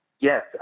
Yes